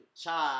cha